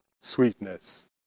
sweetness